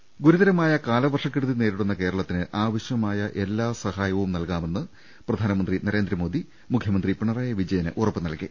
ൾ ൽ ൾ ഗുരുതരമായ കാലവർഷക്കെടുതി നേരിടുന്ന കേരളത്തിന് ആവ ശ്യമായ എല്ലാ സഹായവും നൽകാമെന്ന് പ്രധാനമന്ത്രി നരേന്ദ്രമോദി മുഖ്യമന്ത്രി പിണറായി വിജയന് ഉറപ്പ് നൽകി